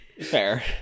fair